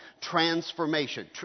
Transformation